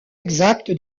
exacte